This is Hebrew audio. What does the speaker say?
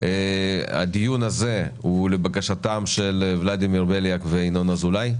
הדיון הזה הוא לבקשתם של ולדימיר בליאק וינון אזולאי,